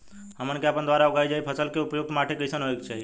हमन के आपके द्वारा उगाई जा रही फसल के लिए उपयुक्त माटी कईसन होय के चाहीं?